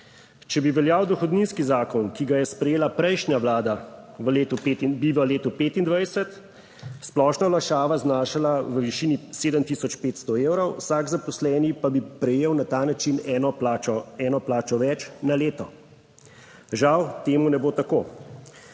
Če bi veljal dohodninski zakon, ki ga je sprejela prejšnja vlada bi v letu 2025 splošna olajšava znašala v višini 7500 evrov, vsak zaposleni pa bi prejel na ta način eno plačo več na leto. Žal temu ne bo tako.